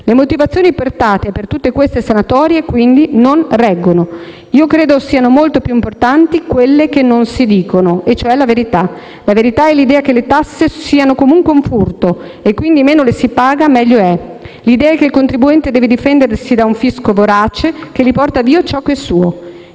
Le motivazioni portate per tutte queste sanatorie quindi non reggono. Io credo sia molto più importante quanto non si dice e cioè la verità. La verità è l'idea che le tasse siano comunque un furto e quindi meno le si paga meglio è. L'idea è che il contribuente deve difendersi da un fisco vorace che gli porta via ciò che è suo.